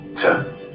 Sir